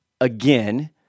again